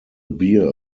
bear